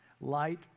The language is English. Light